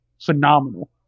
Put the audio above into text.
phenomenal